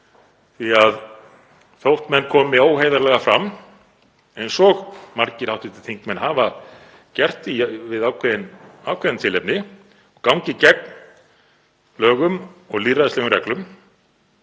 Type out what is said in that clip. því að þótt menn komi óheiðarlega fram, eins og margir hv. þingmenn hafa gert við ákveðin tilefni, gangi gegn lögum og lýðræðislegum reglum,